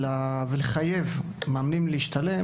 וחיוב של מאמנים להשתלם